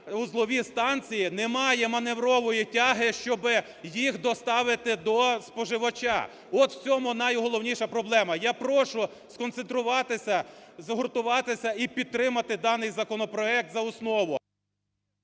вузлові станції, немає маневрової тяги, щоби їх доставити до споживача. От в цьому найголовніша проблема. Я прошу сконцентруватися, згуртуватися і підтримати даний законопроект за основу.